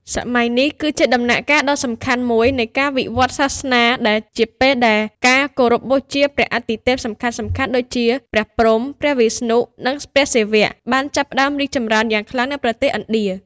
សម័យនេះគឺជាដំណាក់កាលដ៏សំខាន់មួយនៃការវិវឌ្ឍន៍សាសនា ដែលជាពេលដែលការគោរពបូជាព្រះអាទិទេពសំខាន់ៗដូចជា ព្រះព្រហ្ម ព្រះវិស្ណុ និងព្រះសិវៈ បានចាប់ផ្ដើមរីកចម្រើនយ៉ាងខ្លាំងនៅប្រទេសឥណ្ឌា។